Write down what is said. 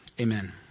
Amen